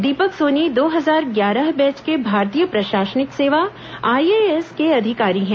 दीपक सोनी दो हजार ग्यारह बैच के भारतीय प्रशासनिक सेवा आईएएस के अधिकारी हैं